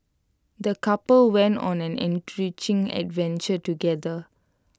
the couple went on an enriching adventure together